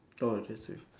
oh that's it